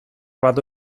batu